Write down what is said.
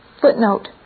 Footnote